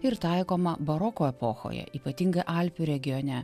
ir taikoma baroko epochoje ypatinga alpių regione